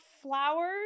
flowers